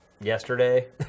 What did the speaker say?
Yesterday